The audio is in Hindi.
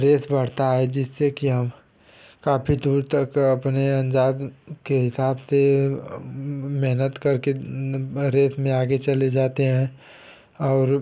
रेस बढ़ती है जिससे कि हम काफ़ी दूर तक अपने अन्दाज के हिसाब से मेहनत करके रेस में आगे चले जाते हैं और